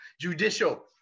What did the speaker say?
Judicial